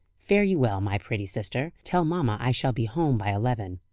fare you well, my pretty sister. tell mamma i shall be home by eleven.